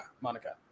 Monica